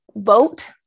Vote